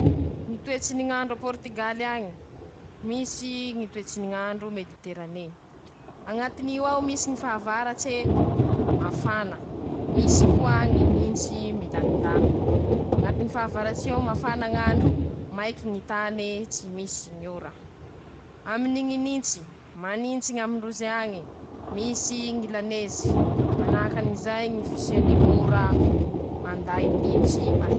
Ñy toetsy ny ñ'andro a Pôritigaly añe: Misy Ñy toetsy ny ñ'andro mediterané, añatin'io ao misy ñy fahavaratse mafana, misy koa ñy nintsy milamindamy, añatiny fahavarats'io ao mafana ñ'andro, maiky ñy tane, tsy misy ñy ora, aminy ñy nintsy, manintsy ñ'amindrozy añy, misy ñy lanezy, manahakan'izay ñy fisiany ñ'ora manday nintsy.